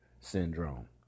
syndrome